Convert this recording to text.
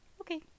Okay